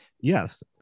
Yes